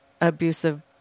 abusive